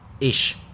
Ish